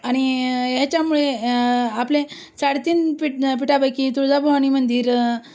आणि याच्यामुळे आपले साडेतीन पिठ पिठापैकी तुळजाभवानी मंदिर